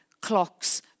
clocks